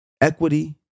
equity